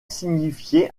signifier